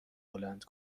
بلند